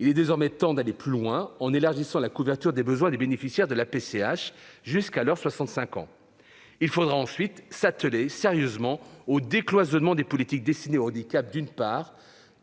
Il est désormais temps d'aller plus loin, en élargissant la couverture des besoins des bénéficiaires de la PCH jusqu'à leurs 65 ans. Il faudra ensuite s'atteler sérieusement au décloisonnement des politiques destinées au handicap, d'une part,